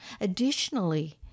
Additionally